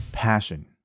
passion